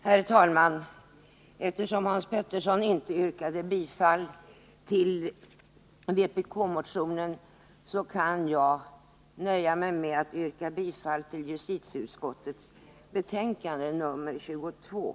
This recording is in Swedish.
Herr talman! Eftersom Hans Petersson i Hallstahammar inte yrkade bifall till vpk-motionen kan jag i stort sett nöja mig med att yrka bifall till hemställan i justitieutskottets betänkande nr 22.